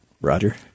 Roger